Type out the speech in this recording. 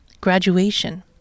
graduation